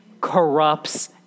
corrupts